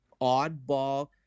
oddball